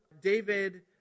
David